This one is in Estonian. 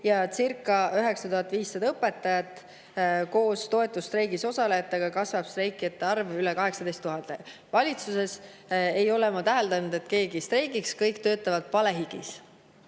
jacirca9500 õpetajat. Koos toetusstreigis osalejatega kasvab streikijate arv üle 18 000. Valitsuses ei ole ma täheldanud, et keegi streigiks – kõik töötavad palehigis. Teine